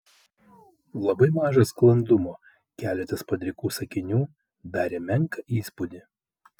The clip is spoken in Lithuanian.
labai maža sklandumo keletas padrikų sakinių darė menką įspūdį